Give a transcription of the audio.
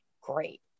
great